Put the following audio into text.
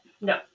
No